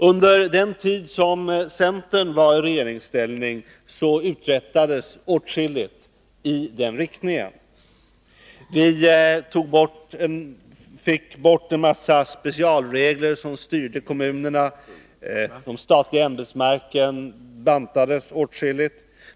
Under den tid som centern var i regeringsställning uträttades åtskilligt i den riktningen. Vi fick bort en mängd specialregler som styrde kommuner. De statliga ämbetsverken bantades åtskilligt.